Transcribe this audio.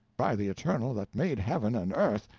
by the eternal that made heaven and earth!